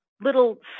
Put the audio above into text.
little